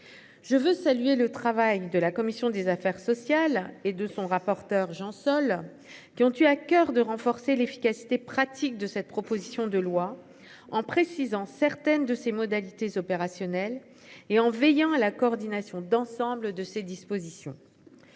Je veux saluer le travail de la commission des affaires sociales et de son rapporteur Jean Sol qui ont eu à coeur de renforcer l'efficacité pratique de cette proposition de loi en précisant certaines de ses modalités opérationnelles et en veillant à la coordination d'ensemble de ces dispositions.